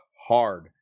hard